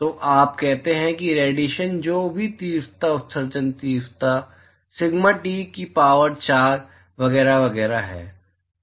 तो आप कहते हैं कि रेडिएशन जो भी तीव्रता उत्सर्जन तीव्रता सिग्मा टी से 4 की शक्ति वगैरह वगैरह है